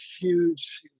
huge